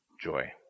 joy